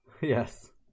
Yes